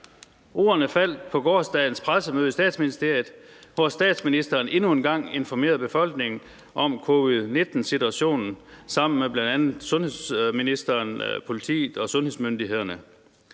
Ordene faldt på gårsdagens pressemøde i Statsministeriet, hvor statsministeren endnu en gang informerede befolkningen om covid-19-situationen sammen med bl.a. sundhedsministeren, politiet og sundhedsmyndighederne.